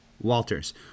Walters